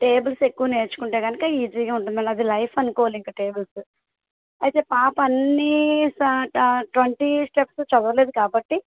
tables ఎక్కువ నేర్చుకుంటే కనుక ఈజీగా ఉంటుంది మనం అది లైఫ్ అనుకోవాలి ఇంకా టేబుల్సు అయితే పాప అన్నీ ట్వంటీ స్టెప్స్ చదవలేదు కాబట్టి